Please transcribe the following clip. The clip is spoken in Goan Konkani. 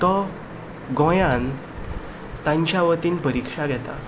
तो गोंयान तांच्या वतीन परिक्षा घेता